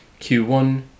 Q1